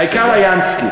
העיקר ה"ינסקי".